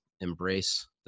Embrace